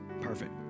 Perfect